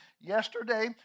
yesterday